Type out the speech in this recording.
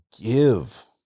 give